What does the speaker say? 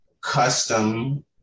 custom